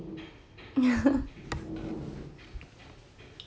ya